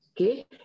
Okay